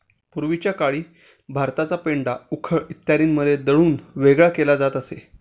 पूर्वीच्या काळी भाताचा पेंढा उखळ इत्यादींमध्ये दळून वेगळा केला जात असे